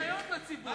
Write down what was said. מכרתם אשליות לציבור.